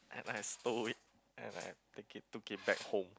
and then I stole it and I take it took it back home